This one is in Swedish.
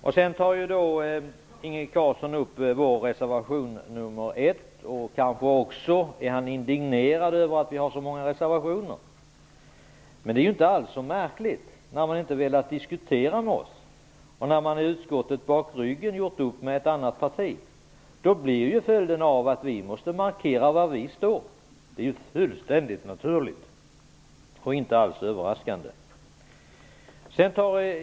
Inge Carlsson tar upp vår reservation nr 1. Kanske är han också indignerad över att vi har så många reservationer. Men det är ju inte alls så märkligt, eftersom ni inte har velat diskutera med oss. Ni har ju i utskottet, bakom ryggen på oss, gjort upp med ett annat parti. Då blir ju följden att vi måste markera var vi står. Detta är ju fullständigt naturligt och inte alls överraskande.